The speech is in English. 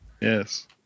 Yes